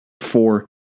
four